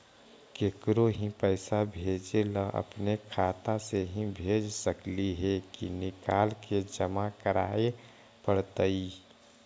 केकरो ही पैसा भेजे ल अपने खाता से ही भेज सकली हे की निकाल के जमा कराए पड़तइ?